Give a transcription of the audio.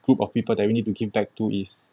group of people that you need to give back to is